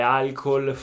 alcol